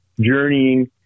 journeying